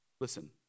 listen